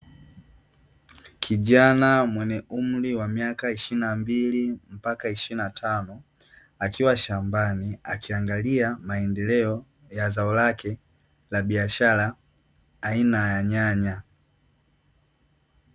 Kijana mweye umri wa miaka 22 mpaka 25, akiwa shambani akiangalia maendeleo ya zao lake la biashara aina ya nyanya.